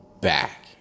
back